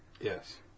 Yes